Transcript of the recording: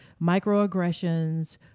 microaggressions